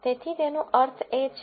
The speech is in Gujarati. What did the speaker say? તેથી તેનો અર્થ એ છે